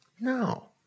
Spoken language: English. No